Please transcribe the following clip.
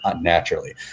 Naturally